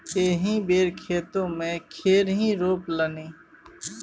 एहि बेर खेते मे खेरही रोपलनि